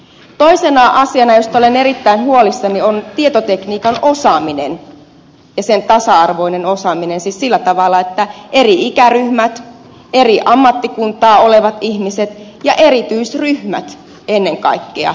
toisena asiana josta olen erittäin huolissani on tietotekniikan osaaminen ja sen tasa arvoinen osaaminen eri ikäryhmissä eri ammattikuntaa edustavien ihmisten joukossa ja erityisryhmissä ennen kaikkea